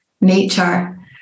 nature